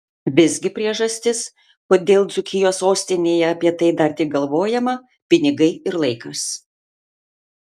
visgi priežastis kodėl dzūkijos sostinėje apie tai dar tik galvojama pinigai ir laikas